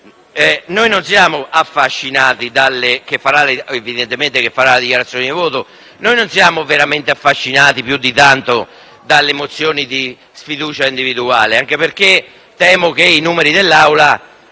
- non siamo affascinati più di tanto dalle mozioni di sfiducia individuale, anche perché credo che i numeri dell'Assemblea